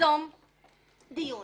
תיזום דיון